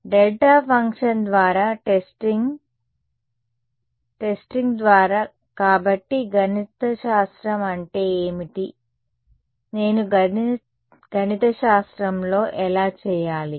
delta function ద్వారా testing right testing ద్వారా కాబట్టి గణితశాస్త్రం అంటే ఏమిటి నేను గణితశాస్త్రంలో ఎలా చేయాలి